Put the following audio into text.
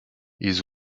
ils